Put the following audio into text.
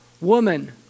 woman